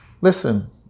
Listen